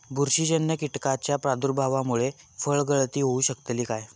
बुरशीजन्य कीटकाच्या प्रादुर्भावामूळे फळगळती होऊ शकतली काय?